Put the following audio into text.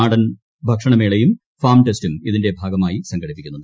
നാടൻ ഭക്ഷണമേളയും ഫാം ടെസ്റ്റും ഇതിന്റെ ഭാഗമായി സംഘടിപ്പിക്കുന്നുണ്ട്